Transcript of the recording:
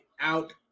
out